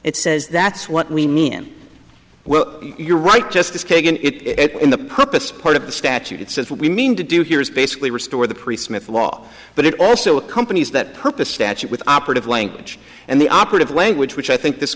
it says that's what we mean well you're right justice kagan it in the purpose part of the statute it says what we mean to do here is basically restore the pre smith law but it also accompanies that purpose statute with operative language and the operative language which i think this